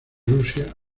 rusia